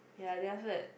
ya then after that